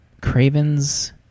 Craven's